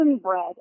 bread